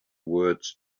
words